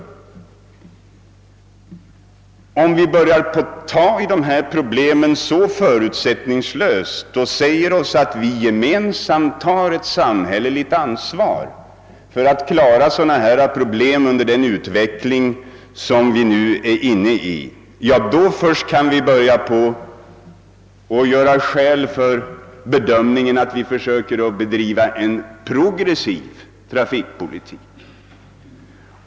Om vi börjar se på dessa problem så förutsättningslöst och säga oss att vi gemensamt har ett samhälleligt ansvar för att klara sådana problem under den utveckling som vi nu är inne i, då först kan vi börja göra skäl för talet om att vi försöker bedriva en progressiv trafikpolitik.